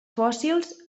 fòssils